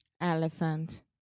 Elephant